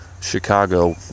Chicago